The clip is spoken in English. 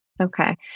Okay